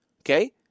Okay